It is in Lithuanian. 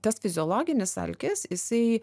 tas fiziologinis alkis jisai